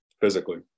physically